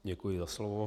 Děkuji za slovo.